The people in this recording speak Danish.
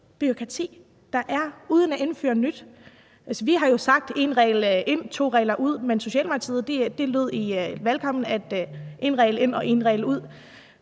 bureaukrati, der er, uden at indføre nyt? Altså, vi har jo sagt: én regel ind, to regler ud. Men fra Socialdemokratiet lød det i valgkampen: én regel ind og én regel ud.